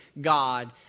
God